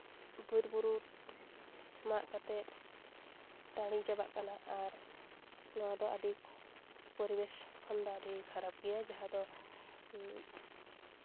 ᱵᱤᱨᱼᱵᱩᱨᱩ ᱢᱟᱜᱽ ᱠᱟᱛᱮ ᱴᱟᱺᱰᱤ ᱪᱟᱵᱟᱜ ᱠᱟᱱᱟ ᱟᱨ ᱱᱚᱣᱟ ᱫᱚ ᱟᱹᱰᱤ ᱯᱚᱨᱤᱵᱮᱥ ᱠᱷᱚᱱᱫᱚ ᱟᱹᱰᱤ ᱠᱷᱟᱨᱟᱯ ᱜᱮᱭᱟ ᱡᱟᱦᱟᱸ ᱫᱚ